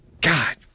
God